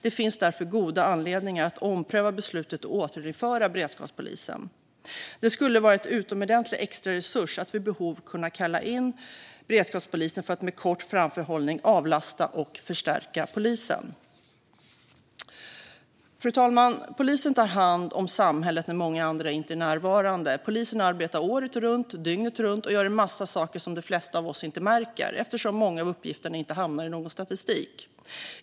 Det finns därför goda anledningar att ompröva beslutet och återinföra beredskapspolisen. Det skulle vara en utomordentlig extra resurs att vid behov kunna kalla in beredskapspolisen för att med kort framförhållning avlasta och förstärka polisen. Fru talman! Polisen tar hand om samhället när många andra inte är närvarande. Polisen arbetar året runt, dygnet runt, och gör en massa saker som de flesta av oss inte märker eftersom många av uppgifterna inte hamnar i någon statistik.